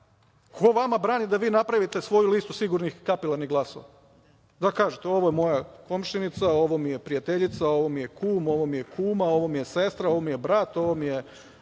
ko vama brani da vi napravite svoju listu sigurnih kapilarnih glasova, da kažete - ovo je moja komšinica, ovo mi je prijateljica, ovo mi je kum, ovo mi je kuma, ovo mi je sestra, ovo mi je brat, ovo mi je